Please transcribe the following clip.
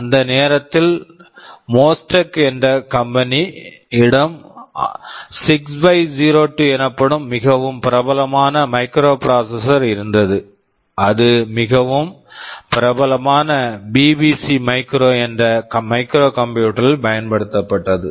அந்த நேரத்தில் Mostek Mostek என்ற கம்பெனி company யிடம் 6502 எனப்படும் மிகவும் பிரபலமான மைக்ரோபிராசஸர்ஸ் microprocessors இருந்தது அது மிகவும் பிரபலமான பிபிசி மைக்ரோ BBC micro என்ற மைக்ரோகம்ப்யூட்டர் microcomputer ல் பயன்படுத்தப்பட்டது